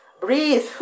Breathe